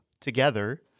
together